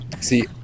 See